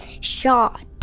shot